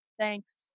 Thanks